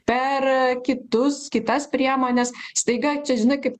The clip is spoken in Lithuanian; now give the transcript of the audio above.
per kitus kitas priemones staiga čia žinai kaip